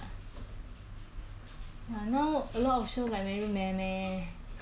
以前那个有那个瑞恩和小鬼和不懂谁演的